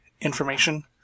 information